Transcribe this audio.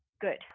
Good